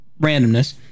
randomness